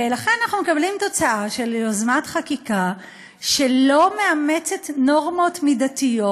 לכן אנחנו מקבלים תוצאה של יוזמת חקיקה שלא מאמצת נורמות מידתיות